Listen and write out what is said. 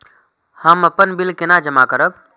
हम अपन बिल केना जमा करब?